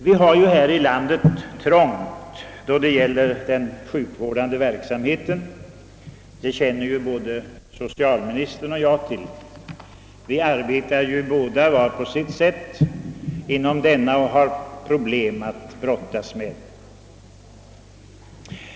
Vi har ju här i landet trångt då det gäller den sjukvårdande verksamheten. Det känner ju både socialministern och jag till. Vi arbetar ju båda var på sitt sätt inom denna verksamhet och har problem att brottas med.